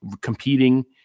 competing